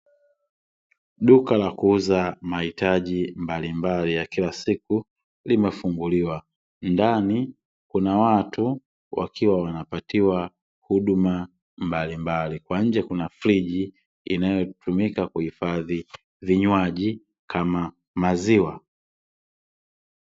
Duka la kuuza mahitaji mbalimbali ya kila siku limefunguliwa, ndani kuna watu wakiwa wanapatiwa huduma mbalimbali, kwa nje kuna friji inayotumika kuhifadhi vinywaji kama, maziwa.